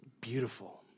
beautiful